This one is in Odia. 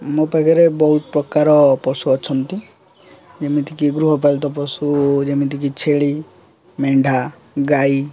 ମୋ ପାଖରେ ବହୁତ ପ୍ରକାର ପଶୁ ଅଛନ୍ତି ଯେମିତି କି ଗୃହପାଳିତ ପଶୁ ଯେମିତି କି ଛେଳି ମେଣ୍ଢା ଗାଈ